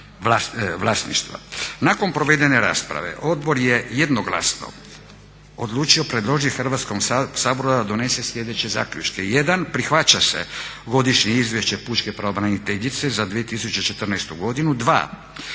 Nakon provedene rasprave odbor je jednoglasno odlučio predložiti Hrvatskom saboru da donese sljedeće zaključke: